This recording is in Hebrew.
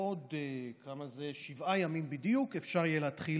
בעוד שבעה ימים בדיוק אפשר יהיה להתחיל